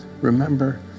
Remember